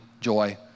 joy